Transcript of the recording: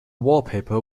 wallpaper